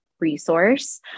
resource